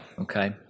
okay